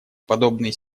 подобные